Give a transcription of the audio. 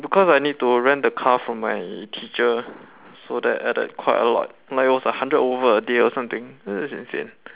because I need to rent the car from my teacher so that added quite a lot mine was a hundred over a day or something ya it's insane